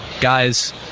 Guys